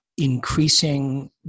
increasing